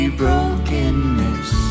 brokenness